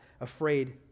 afraid